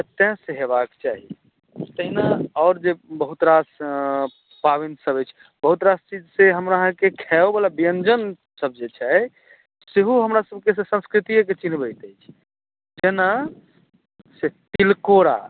patience होयबाक चाही एहिना आओर जे बहुत रास कारण सब बहुत रास चीज अय हमरा अहाॅंके खायबला व्यंजन जे छै सेहो हमरा सबहक संस्कृतिये के चिन्ह्बैत अछि जेना से तिलकोरा